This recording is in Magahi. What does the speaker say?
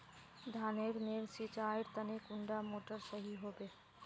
धानेर नेर सिंचाईर तने कुंडा मोटर सही होबे?